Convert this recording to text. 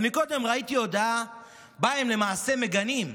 אבל קודם ראיתי הודעה שבה הם למעשה מגנים,